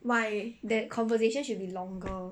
that conversation should be longer